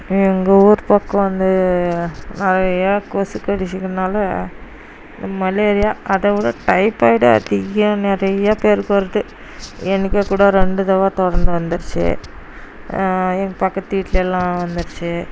எங்கள் ஊர் பக்கம் வந்து நிறையா கொசு கடித்ததுனால இந்த மலேரியா அதை விட டைப்பாயிடு அதிக நிறைய பேருக்கு வருது எனக்கே கூட ரெண்டு தவா தொடர்ந்து வந்துருச்சு எங்கள் பக்கத்து வீட்லெலாம் வந்துருச்சு